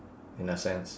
in a sense